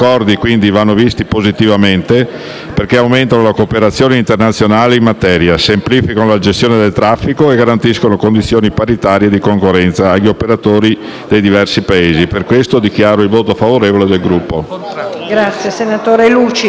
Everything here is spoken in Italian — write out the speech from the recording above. perché aumentano la cooperazione internazionale in materia, semplificano la gestione del traffico e garantiscono condizioni paritarie di concorrenza agli operatori dei diversi Paesi. Per questo, dichiaro il voto favorevole del Gruppo.